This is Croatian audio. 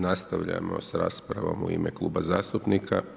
Nastavljamo s raspravom u ime Kluba zastupnika.